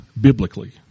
biblically